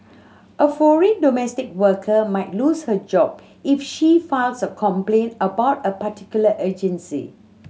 a foreign domestic worker might lose her job if she files a complaint about a particular agency